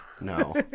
No